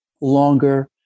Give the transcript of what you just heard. longer